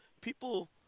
people